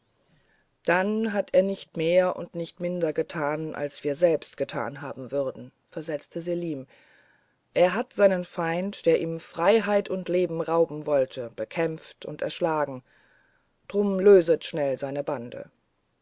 dann hat er nicht mehr und nicht minder getan als wir selbst getan haben würden versetzte selim er hat seinen feind der ihm freiheit und leben rauben wollte bekämpft und erschlagen drum löset schnell seine bande